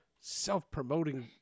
self-promoting